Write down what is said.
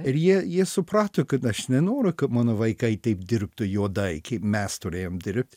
ir jie jie suprato kad aš nenoriu kad mano vaikai taip dirbtų juodai kaip mes turėjom dirbt